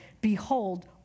Behold